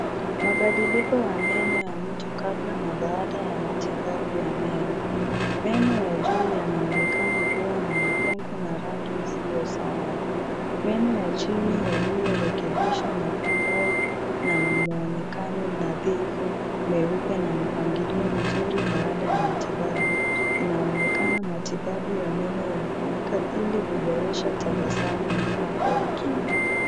Mabadiliko ya meno ya mtu kabla na baada ya matibabu ya meno. Meno wa juu yanaonekana kuwa na mapengo na rangi isiyo sawa. Meno ya chini yaliyorekebisha na kuwa na muonekano nadhifu meupe na mpangilio mzuri baada ya matibabu. Inaonekana matibabu ya meno yalifanyika ili kuboresha tabasamu na afya ya kinywa.